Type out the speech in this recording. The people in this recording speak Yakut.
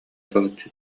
соһуччу